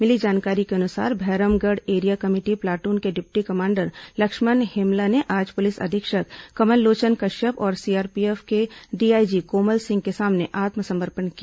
मिली जानकारी के अनुसार भैरमगढ़ एरिया कमेटी प्लाटून के डिप्टी कमांडर लक्षण हेमला ने आज पुलिस अधीक्षक कमलोचन कश्यप और सीआरपीएफ के डीआईजी कोमल सिंह के सामने आत्मसमर्पण किया